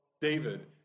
David